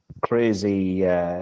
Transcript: crazy